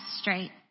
straight